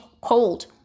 cold